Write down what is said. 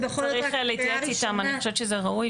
--- צריך להתייעץ איתם, אני חושבת שזה ראוי.